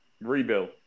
Rebuild